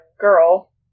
girl